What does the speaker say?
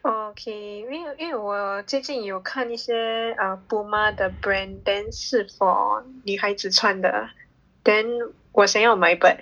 orh okay 因为因为我最近有看一些 err Puma 的 brand then 是 for 女孩子穿的 then 我想要买 but